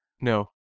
No